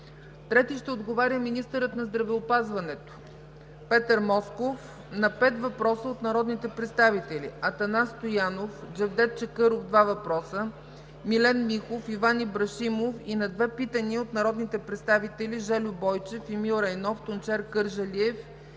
Пенков Иванов. 3. Министърът на здравеопазването Петър Москов ще отговори на пет въпроса от народните представители Атанас Стоянов; Джевдет Чакъров – два въпроса; Милен Михов; Иван Ибришимов и на две питания от народните представители Жельо Бойчев, Емил Райнов, Тунчер Кърджалиев,